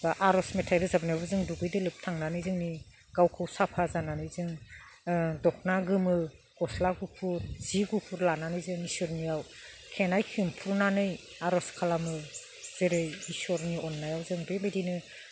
दा आर'ज मेथाइ रोजाबनायावबो दुगै दोलोब थांनानै जोंनि गावखौ साफा जानानै जों दख'ना गोमो गस्ला गुफुर जि गुफुर लानानै जोङो इसोरनियाव खानाय खेंफोरनानै आर'ज खालामो जेरै इसोरनि अननायाव जों बेबायदिनो